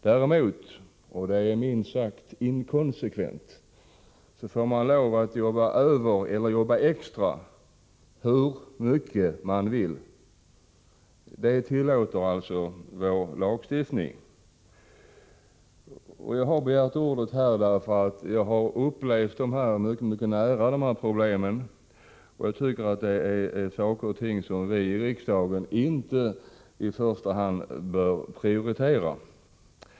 Däremot — och det är minst sagt inkonsekvent — får man jobba extra hur mycket man vill. Det tillåter vår lagstiftning. Jag har begärt ordet därför att jag har upplevt dessa problem mycket nära. Jag tycker inte att arbetstidsreglering tillhör de saker vi i riksdagen i första hand bör prioritera.